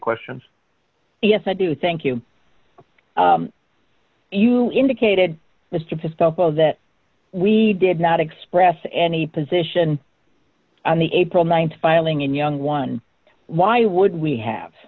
questions yes i do thank you and you indicated mr pissed off of that we did not express any position on the april th filing in young one why would we have